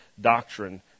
doctrine